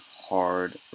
hard